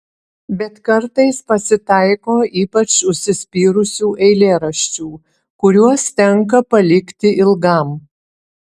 bet kartais pasitaiko ypač užsispyrusių eilėraščių kuriuos tenka palikti ilgam